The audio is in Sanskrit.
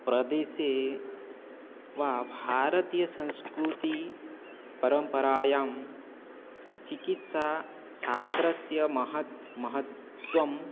प्रदेशे वा भारतीयसंस्कृतेः परम्परायां चिकित्साशास्त्रस्य महत् महत्वम्